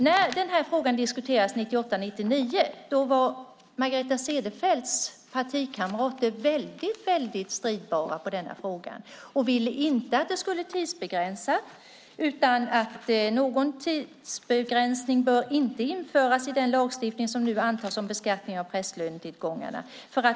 När den här frågan diskuterades 1998-99 var Margareta Cederfelts partikamrater väldigt stridbara i denna fråga och ville inte att detta skulle tidsbegränsas: Någon tidsbegränsning bör inte införas i den lagstiftning som nu antas om beskattning av prästlönetillgångarna.